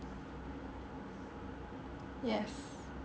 yes